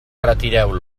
retireu